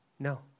No